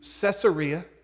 Caesarea